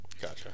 Gotcha